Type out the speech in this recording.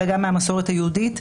אלא גם מהמסורת היהודית.